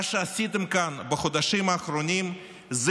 מה שעשיתם כאן בחודשים האחרונים זה